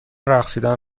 رقصیدن